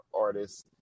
artists